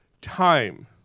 time